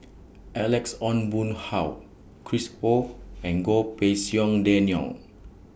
Alex Ong Boon Hau Chris Ho and Goh Pei Siong Daniel